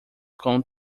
com